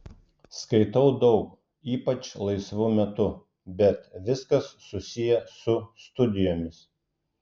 skaitau daug ypač laisvu metu bet viskas susiję su studijomis